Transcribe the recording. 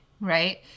right